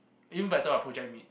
even better our project mates